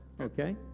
okay